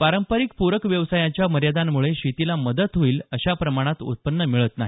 पारंपरिक पुरक व्यवसायाच्या मर्यादांमुळे शेतीला मदत होईल अशा प्रमाणात उत्पन्न मिळत नाही